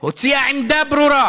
הוציאה עמדה ברורה